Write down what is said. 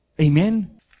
Amen